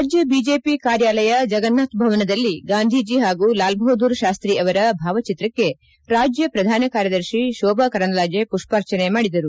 ರಾಜ್ಯ ಬಿಜೆಪಿ ಕಾರ್ಯಾಲಯ ಜಗನ್ನಾಥ್ ಭವನದಲ್ಲಿ ಗಾಂಧೀಜಿ ಹಾಗೂ ಲಾಲ್ ಬಹದ್ದೂರ್ ಶಾಸ್ತ್ರೀ ಅವರ ಭಾವಚಿತ್ರಕ್ಕೆ ರಾಜ್ಯ ಪ್ರಧಾನ ಕಾರ್ಯದರ್ಶಿ ಶೋಭಾ ಕರಂದ್ಲಾಜೆ ಪುಷ್ಪಾರ್ಚನೆ ಮಾಡಿದರು